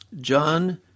john